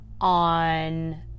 on